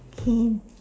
K